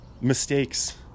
mistakes